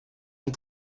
amb